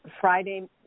Friday